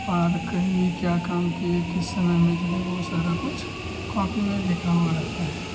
और कहीं भी क्या काम किए किस समय में जो है वह सारा कुछ कॉपी में लिखा हुआ रहता है